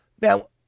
Now